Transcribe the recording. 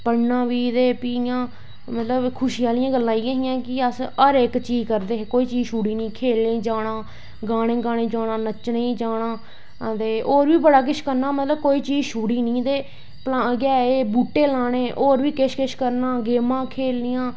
पढ़ना बी ते फ्ही खुशी आह्लियां गल्लां इयै हियां कि अस हर इक चीज करदे हे कोई चीज सोड़ी नी खेलनें गी जाना गानें गाने गी जाना नच्चने गी जाना अगदे होर बी बड़ा किश करना ते कोई चीज छोड़ी नी ते इयै बूह्टे लाने किश किश करना बूह्टे लाने